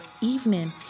evening